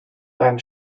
beim